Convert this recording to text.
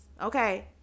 Okay